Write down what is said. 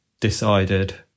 decided